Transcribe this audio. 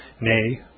nay